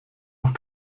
noch